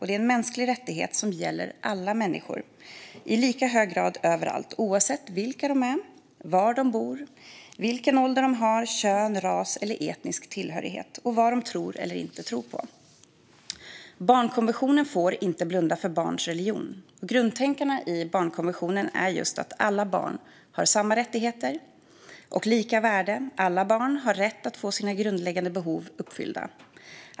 Denna mänskliga rättighet gäller alla människor i lika hög grad överallt oavsett vilka de är, var de bor, vilken ålder, kön, ras eller etnisk tillhörighet de har och vad de tror eller inte tror på. Barnkonventionen får inte blunda för barns religion. Grundtankarna i barnkonventionen är just att alla barn har samma rättigheter och lika värde. Alla barn har rätt att få sina grundläggande behov uppfyllda.